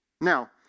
Now